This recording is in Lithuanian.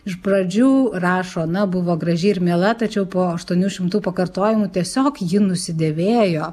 iš pradžių rašo na buvo graži ir miela tačiau po aštuonių šimtų pakartojimų tiesiog ji nusidėvėjo